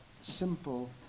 simple